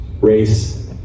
race